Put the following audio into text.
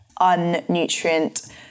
unnutrient